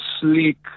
sleek